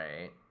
right